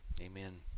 amen